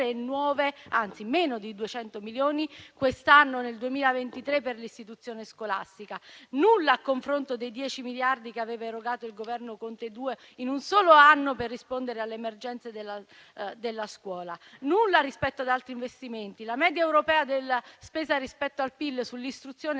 anzi, meno di 200 milioni - nel 2023 per l'istituzione scolastica: nulla a confronto dei 10 miliardi che aveva erogato il Governo Conte II in un solo anno per rispondere alle emergenze della scuola; nulla rispetto ad altri investimenti. La media europea della spesa rispetto al PIL sull'istruzione